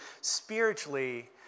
spiritually